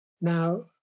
Now